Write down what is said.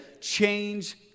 change